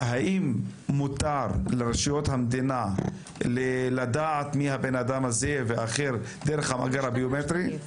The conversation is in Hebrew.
האם מותר לרשויות המדינה לדעת מיהו אדם כזה או אחר דרך המאגר הביומטרי?